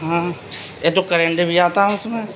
ہاں ایک تو کرنٹ بھی آتا اس میں